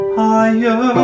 higher